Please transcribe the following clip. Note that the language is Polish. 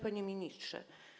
Panie Ministrze!